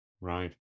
right